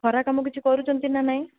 ଖରାକାମ କିଛି କରୁଛନ୍ତି ନାଁ ନାହିଁ